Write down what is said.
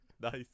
Nice